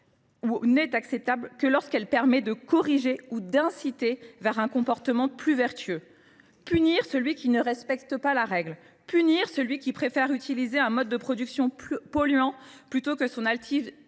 n’est acceptable que lorsqu’elle permet de corriger ou d’inciter à un comportement plus vertueux. Il y a du sens à punir celui qui ne respecte pas la règle, ou celui qui préfère utiliser un mode de production polluant plutôt que son alternative